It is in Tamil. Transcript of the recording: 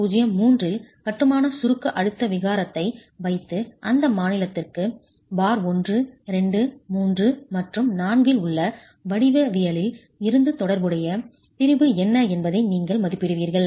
003 இல் கட்டுமான சுருக்க அழுத்த விகாரத்தை வைத்து அந்த மாநிலத்திற்கு பார் 1 2 3 மற்றும் 4 இல் உள்ள வடிவவியலில் இருந்து தொடர்புடைய திரிபு என்ன என்பதை நீங்கள் மதிப்பிடுவீர்கள்